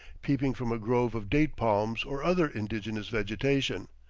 peeping from a grove of date-palms or other indigenous vegetation.